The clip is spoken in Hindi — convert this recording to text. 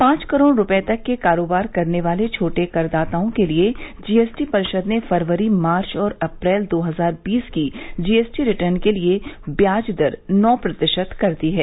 पांच करोड़ रुपये तक के कारोबार करने वाले छोटे करदाताओं के लिए जीएसटी परिषद ने फरवरी मार्च और अप्रैल दो हजार बीस की जीएसटी रिटर्न के लिए व्याज दर नौ प्रतिशत कर दी है